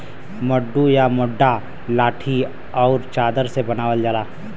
मड्डू या मड्डा लाठी आउर चादर से बनावल जाला